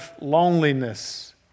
loneliness